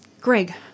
Greg